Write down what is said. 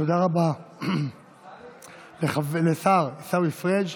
תודה רבה לשר עיסאווי פריג'.